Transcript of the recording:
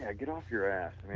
yeah get off your ass.